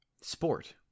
Sport